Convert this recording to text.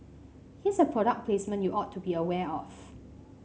here's a product placement you ought to be aware of